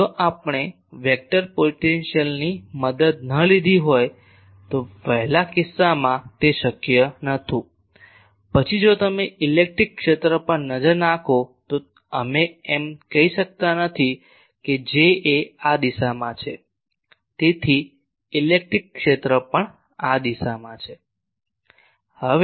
જો આપણે વેક્ટર પોટેન્શિયલની મદદ ન લીધી હોય તો વહેલા કિસ્સામાં તે શક્ય નહોતું પછી જો તમે ઇલેક્ટ્રિક ક્ષેત્ર પર નજર નાખો તો અમે એમ કહી શકતા નથી કે J એ આ દિશામાં છે તેથી ઇલેક્ટ્રિક ક્ષેત્ર પણ આ દિશા છે